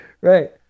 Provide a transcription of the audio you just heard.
Right